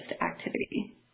activity